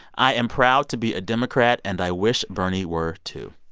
i am proud to be a democrat, and i wish bernie were too.